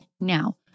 now